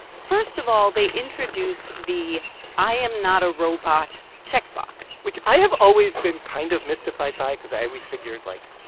first of all, they introduce the i-am-not-a-robot check box which i have always been kind of mystified by cause i always figured, like,